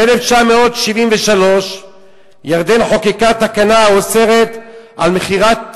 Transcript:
ב-1973 ירדן חוקקה תקנה האוסרת מכירת